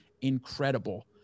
incredible